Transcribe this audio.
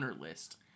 list